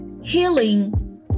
healing